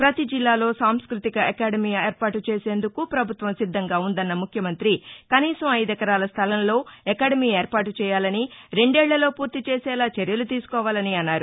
పతి జిల్లాలో సాంంస్భృతిక అకాదమి ఏర్పాటు చేసేందుకు ప్రభుత్వం సిద్దంగా ఉందన్న ముఖ్యమంత్రి కనీసం ఐదెకరాల స్థలంలో అకాడమీ ఏర్పాటు చేయాలని రెందేళ్లలో పూర్తి చేసేలా చర్యలు తీసుకోవాలని అన్నారు